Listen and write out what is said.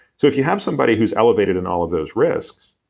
so if you have somebody who's elevated in all of those risks,